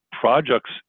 Projects